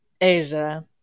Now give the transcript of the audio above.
Asia